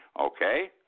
Okay